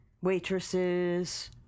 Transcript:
Waitresses